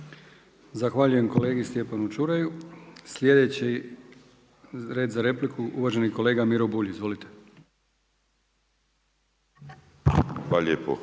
Zahvaljujem kolegi Stjepanu Čuraju. Sljedeći za repliku uvaženi kolega Miro Bulj. Izvolite. **Bulj,